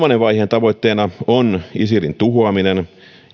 tavoitteena on isilin tuhoaminen ja